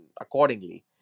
accordingly